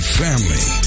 family